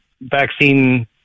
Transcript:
vaccine